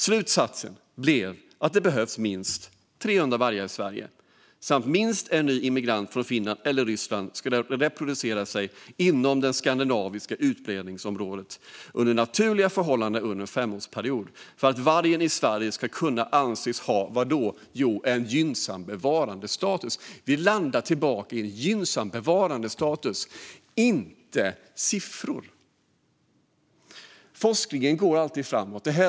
Slutsatsen blev att det behövs minst 300 vargar i Sverige och att minst en ny immigrant från Finland eller Ryssland ska reproducera sig inom det skandinaviska utbredningsområdet under naturliga förhållanden varje femårsperiod för att vargen i Sverige ska kunna anses ha - vadå? Jo, en gynnsam bevarandestatus. Vi landar åter i det, inte i siffror. Forskningen går alltid framåt.